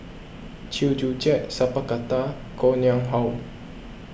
Chew Joo Chiat Sat Pal Khattar Koh Nguang How